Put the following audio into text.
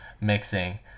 mixing